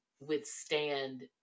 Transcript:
withstand